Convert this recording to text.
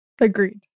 Agreed